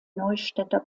neustädter